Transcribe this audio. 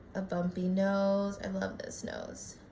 a bumpy nose. i love this nose.